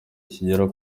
kigera